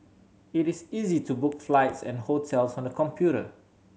it is easy to book flights and hotels on the computer